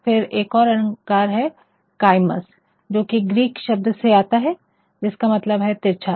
फिर एक और अलंकार है काइमस जो की ग्रीक शब्द से आता है जिसका मतलब है तिरछा